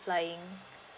applying